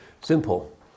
simple